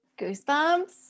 Goosebumps